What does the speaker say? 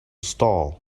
stall